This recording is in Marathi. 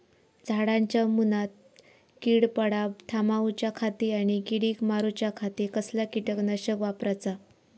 झाडांच्या मूनात कीड पडाप थामाउच्या खाती आणि किडीक मारूच्याखाती कसला किटकनाशक वापराचा?